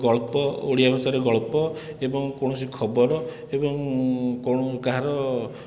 ଗଳ୍ପ ଓଡ଼ିଆ ଭାଷାରେ ଗଳ୍ପ ଏବଂ କୌଣସି ଖବର ଏବଂ କଣ କାହାର